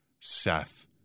Seth